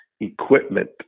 equipment